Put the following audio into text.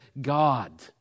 God